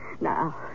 Now